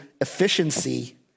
efficiency